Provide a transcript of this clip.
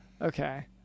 Okay